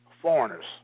Foreigners